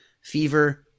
fever